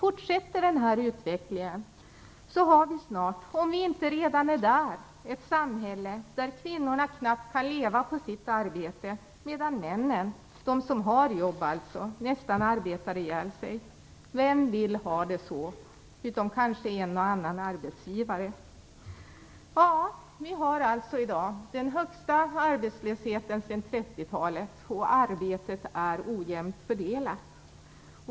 Om den här utvecklingen fortsätter har vi snart - om vi inte redan är där - ett samhälle där kvinnorna knappt kan leva på sitt arbete, medan männen, dvs. de som har jobb, nästan arbetar ihjäl sig. Vem vill ha det så? Det kanske finns en och annan arbetsgivare som vill det. Vi har alltså i dag den högsta arbetslösheten sedan 30-talet, och arbetet är ojämnt fördelat.